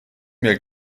mir